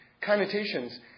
connotations